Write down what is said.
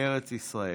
בארץ ישראל.